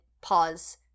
pause